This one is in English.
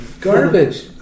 Garbage